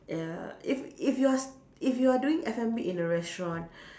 err if if you are s~ if you are doing F&B in a restaurant